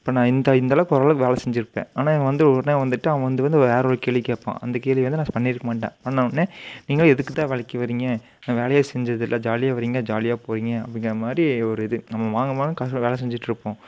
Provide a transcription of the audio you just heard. இப்போ நான் இந்த இந்தளவுக்கு ஓரளவுக்கு வேலை செஞ்சுருப்பேன் ஆனால் இவன் வந்து உடனே வந்துட்டு அவன் வந்து வந்து வேறு ஒரு கேள்வி கேட்பான் அந்த கேள்வி வந்து நான் ஸ் பண்ணி இருக்க மாட்டேன் வந்த உடனே நீங்கெளாம் எதுக்கு தான் வேலைக்கு வரீங்க வேலையே செஞ்சது இல்லை ஜாலியாக வரீங்க ஜாலியாக போகிறீங்க அப்படிங்கிற மாதிரி ஒரு இது நம்ம மாங்கு மாங்குனு கடைசியில் வேலை செஞ்சுட்ருப்போம்